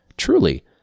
Truly